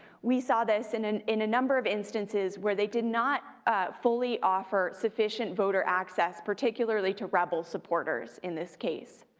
we saw this and and in a number of instances where they did not fully offer sufficient voter access, particularly to rebel supporters in this case.